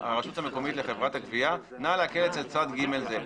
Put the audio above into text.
הרשות המקומית לחברת הגבייה: נא לעקל אצל צד ג' זה.